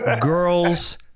girls